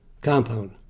compound